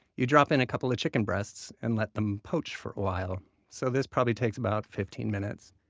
you drop in a couple of chicken breasts and let them poach for a while. so this probably takes about fifteen minutes